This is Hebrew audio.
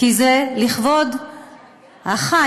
כי זה לכבוד החי,